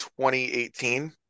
2018